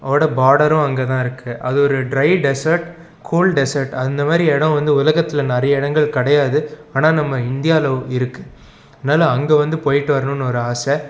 ஓட பாடரும் அங்கே தான் இருக்குது அது ஒரு ட்ரை டெஸட் கோல்ட் டெஸட் அந்த மாதிரி இடம் வந்து உலகத்தில் நிறைய இடங்கள் கிடையாது ஆனால் நம்ம இந்தியாவில் இருக்குது அதனால அங்கே வந்து போயிட்டு வரணும்னு ஒரு ஆசை